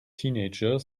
teenager